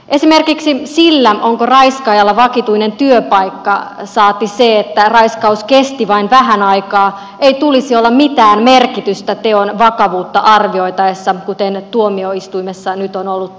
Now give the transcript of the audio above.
esimerkiksi sillä onko raiskaajalla vakituinen työpaikka saati sillä että raiskaus kesti vain vähän aikaa ei tulisi olla mitään merkitystä teon vakavuutta arvioitaessa kuten tuomioistuimessa nyt on ollut tapana